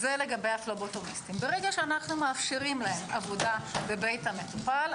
ברגע שאנו מאפשרים להם עבודה בבית המטופל,